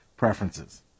Preferences